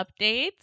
updates